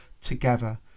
together